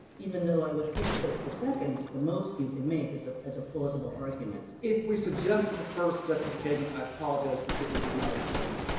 even though i would think that the second is the most you can make as a as a plausible argument. sterling if we suggested the first, justice kagan, i apologize because we did not intend to.